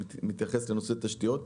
שמתייחס לנושא תשתיות.